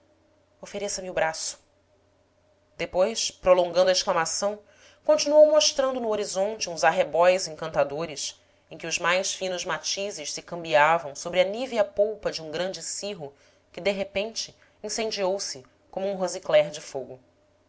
ofereça me o braço depois prolongando a exclamação continuou mostrando no horizonte uns arrebóis encantadores em que os mais finos matizes se cambiavam sobre a nívea polpa de um grande cirro que de repente incendiou se como um rosicler de fogo